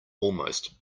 almost